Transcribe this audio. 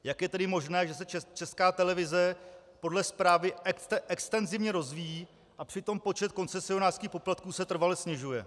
Jak je tedy možné, že se Česká televize podle zprávy extenzivně rozvíjí, a přitom počet koncesionářských poplatků se trvale snižuje.